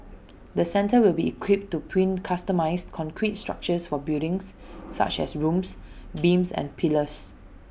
the centre will be equipped to print customised concrete structures for buildings such as rooms beams and pillars